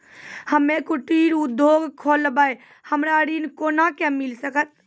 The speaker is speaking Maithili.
हम्मे कुटीर उद्योग खोलबै हमरा ऋण कोना के मिल सकत?